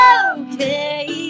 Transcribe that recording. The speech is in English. okay